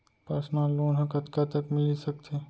Personal loan ह कतका तक मिलिस सकथे?